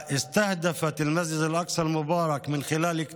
והיא שמה לעצמה את מסגד את אל-אקצא המבורך למטרה,